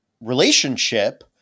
relationship